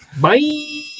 Bye